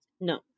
No